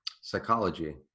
psychology